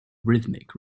rhythmic